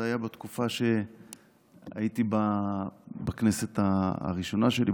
זה היה בתקופה שהייתי בכנסת הראשונה שלי,